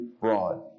broad